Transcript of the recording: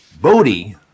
Bodhi